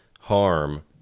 harm